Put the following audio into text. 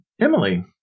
Emily